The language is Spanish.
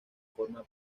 forma